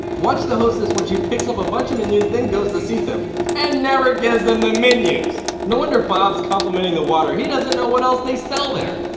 watch the hostess when she picks up a bunch of menus then goes to seat them and never gives them the menus. no wonder bob's complimenting the water, he doesn't know what else they sell there.